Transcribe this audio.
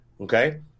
okay